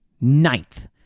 Ninth